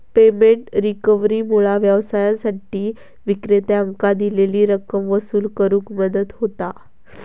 payment रिकव्हरीमुळा व्यवसायांसाठी विक्रेत्यांकां दिलेली रक्कम वसूल करुक मदत होता